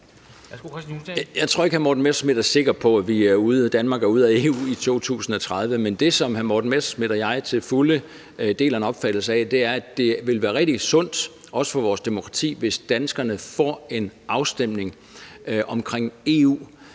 Jeg tror ikke, hr. Morten Messerschmidt er sikker på, at Danmark er ude af EU i 2030, men det, som hr. Morten Messerschmidt og jeg til fulde deler en opfattelse af, er, at det ville være rigtig sundt, også for vores demokrati, hvis danskerne får en afstemning om EU,